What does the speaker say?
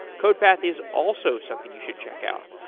codepath is also something you should check out.